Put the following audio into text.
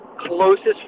closest